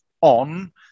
on